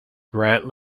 grant